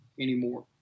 anymore